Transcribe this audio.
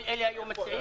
כל אלה היו המציעים?